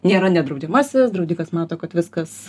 nėra nedraudžiamasis draudikas mato kad viskas